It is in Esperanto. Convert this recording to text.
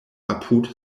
apud